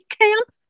camp